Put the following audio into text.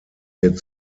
wird